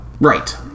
Right